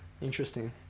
interesting